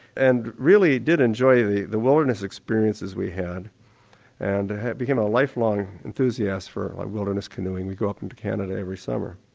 and i really did enjoy the the wilderness experiences we had and became a lifelong enthusiast for wilderness canoeing we'd go up into canada every summer.